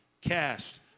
cast